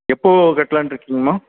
எப்போது கட்டலான்ருக்கீங்கம்மா